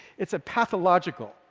it's a pathological,